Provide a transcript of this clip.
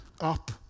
up